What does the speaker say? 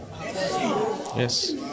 Yes